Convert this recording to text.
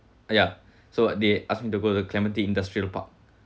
ya so they ask me to go to clementi industrial park